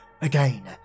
Again